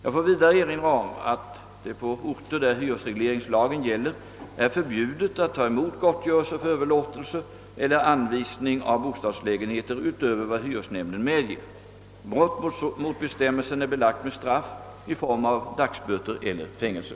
Jag får vidare erinra om att det på orter där hyresregleringslagen gäller är förbjudet att ta emot gottgörelse för överlåtelse eller anvisning av bostadslägenheter utöver vad hyresnämnden medger. Brott mot bestämmelsen är belagt med straff i form av dagsböter eller fängelse.